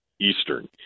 Eastern